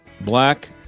black